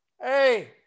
hey